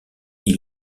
ils